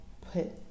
put